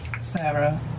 Sarah